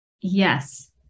Yes